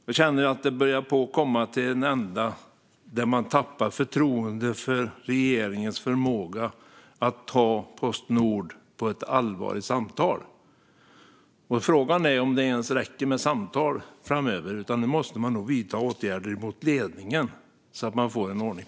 Jag känner att vi kommer till en ända där vi tappar förtroende för regeringens förmåga att föra allvarliga samtal med Postnord. Frågan är om det räcker med samtal framöver. Nu måste man nog vidta åtgärder mot ledningen så att det blir ordning.